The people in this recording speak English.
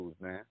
man